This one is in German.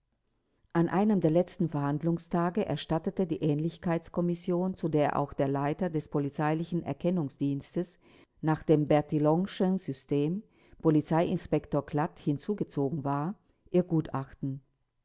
an einem der letzten verhandlungstage erstattete die ähnlichkeitskommission zu der auch der leiter des polizeilichen erkennungsdienstes nach dem bertillonschen system polizeiinspektor klatt hinzugezogen war ihr gutachten